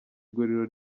guriro